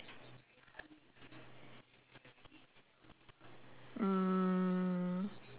mm